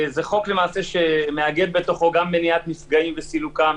זה חוק שמאגד בתוכו גם מניעת מפגעים וסילוקם,